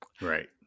Right